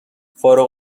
فارغ